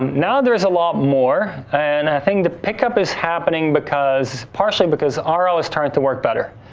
now, there's a lot more, and i think the pickup is happening because partially because ah rl is starting to work better,